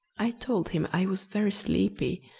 i told him i was very sleepy,